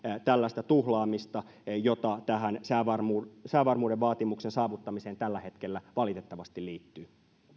tällaista tuhlaamista jota tähän säävarmuuden säävarmuuden vaatimuksen saavuttamiseen tällä hetkellä valitettavasti liittyy